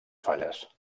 falles